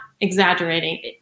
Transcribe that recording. exaggerating